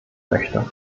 möchte